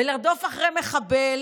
בלרדוף אחרי מחבל